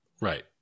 Right